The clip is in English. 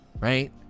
right